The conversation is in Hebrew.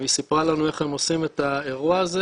והיא סיפרה לנו איך הם עושים את האירוע הזה